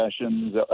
sessions